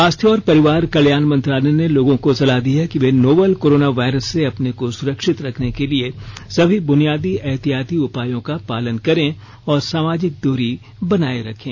स्वास्थ्य और परिवार कल्याण मंत्रालय ने लोगों को सलाह दी है कि वे नोवल कोरोना वायरस से अपने को सुरक्षित रखने के लिए सभी बुनियादी एहतियाती उपायों का पालन करें और सामाजिक दूरी बनाए रखें